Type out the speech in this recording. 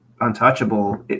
untouchable